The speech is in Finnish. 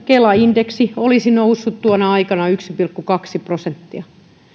kela indeksi olisi noussut tuona aikana yksi pilkku kaksi prosenttia